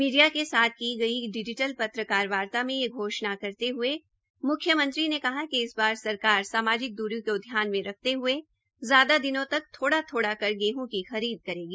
media के साथ की गई डिजीटल पत्रकारवार्ता में यह घोषणा करते हये मुख्यमंत्री ने कहा कि इस बार सरकार सामाजिक द्री को ध्यान में रखते हये ज्यादा दिनों तक थोड़ा थोड़ा कर गेहूं की खरीद करेगी